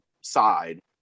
side